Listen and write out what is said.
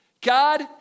God